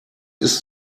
ist